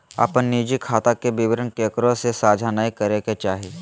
अपन निजी खाता के विवरण केकरो से साझा नय करे के चाही